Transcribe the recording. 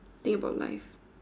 think about life